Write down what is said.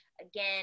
Again